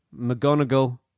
McGonagall